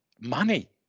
money